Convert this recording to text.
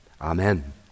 Amen